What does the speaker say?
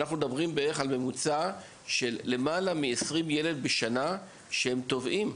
אנחנו מדברים על ממוצע של 20 ילדים בשנה שטובעים,